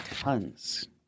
tons